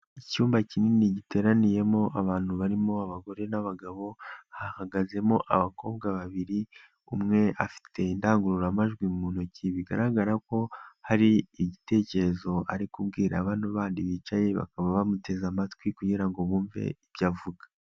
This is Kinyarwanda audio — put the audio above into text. Icyumba kinini giteraniyemo abantu barimo abagore n'abagabo, hahagazemo abakobwa babiri, umwe afite indangururamajwi mu ntoki bigaragara ko hari igitekerezo ari kubwira bano bandi bicaye, bakaba bamuteze amatwi kugira ngo bumve ibyo avuga.